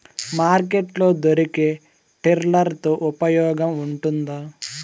Market లో దొరికే tiller తో ఉపయోగం ఉంటుందా?